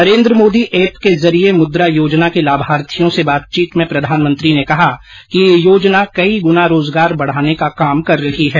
Narendra Modi app के जरिये मुद्रा योजना के लाभार्थियों से बातचीत में प्रधानमंत्री ने कहा कि ये योजना कई गुना रोजगार बढ़ाने का काम कर रही है